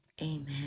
amen